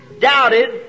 doubted